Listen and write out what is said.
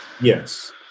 Yes